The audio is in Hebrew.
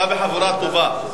אתה בחבורה טובה.